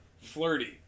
flirty